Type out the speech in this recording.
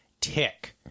tick